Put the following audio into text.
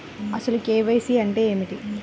అసలు కే.వై.సి అంటే ఏమిటి?